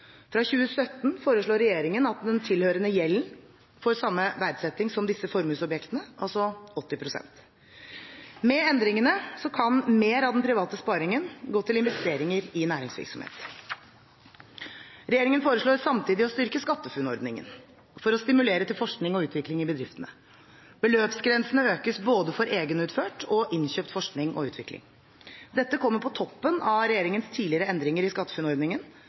Fra 2017 foreslår regjeringen at den tilhørende gjelden får samme verdsetting som disse formuesobjektene, altså 80 pst. Med endringene kan mer av den private sparingen gå til investeringer i næringsvirksomhet. Regjeringen foreslår samtidig å styrke SkatteFUNN-ordningen ytterligere for å stimulere til forskning og utvikling i bedriftene. Beløpsgrensene økes for både egenutført og innkjøpt forskning og utvikling. Dette kommer på toppen av regjeringens tidligere endringer i